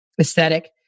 aesthetic